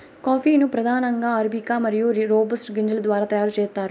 coffee ను ప్రధానంగా arabica మరియు రోబస్టా గింజల ద్వారా తయారు చేత్తారు